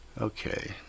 Okay